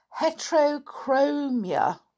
heterochromia